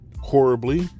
horribly